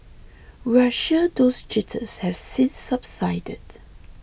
we're sure those jitters has since subsided